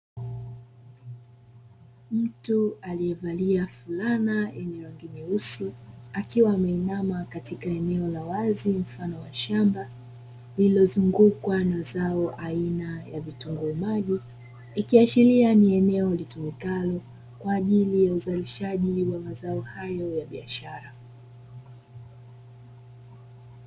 Mtu aliyevalia fulana lenye rangi nyeusi akiwa ameinama katika eneo la wazi mfano wa shamba lililozungukwa na zao aina ya vitunguu maji, ikiashiria ni eneo litumikalo kwa ajili ya uzalishaji wa mazao hayo ya biashara.